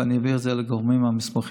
ואני אעביר את זה לגורמים המוסמכים